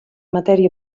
matèria